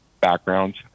backgrounds